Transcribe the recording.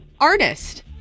artist